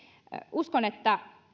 uskon että